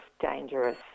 dangerous